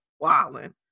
wilding